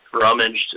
rummaged